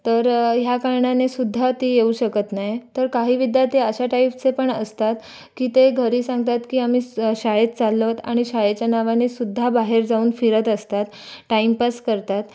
तर ह्या कारणानेसुद्धा ते येऊ शकत नाही तर काही विद्यार्थी अशा टाइपचे पण असतात की ते घरी सांगतात की आम्ही स शाळेत चाललो आहोत आणि शाळेच्या नावानेसुद्धा बाहेर जाऊन फिरत असतात टाईमपास करतात